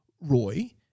Roy